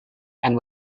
and